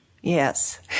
Yes